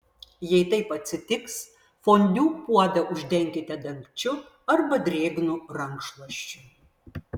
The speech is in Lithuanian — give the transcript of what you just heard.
jei taip atsitiks fondiu puodą uždenkite dangčiu arba drėgnu rankšluosčiu